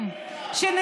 תקבלו.